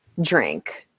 drink